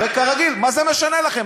הרי כרגיל, מה זה משנה לכם?